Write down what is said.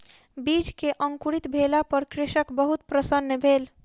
बीज के अंकुरित भेला पर कृषक बहुत प्रसन्न भेल